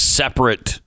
separate